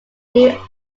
new